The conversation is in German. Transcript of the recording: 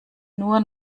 nur